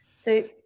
So-